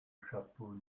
chapeau